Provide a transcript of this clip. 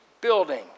building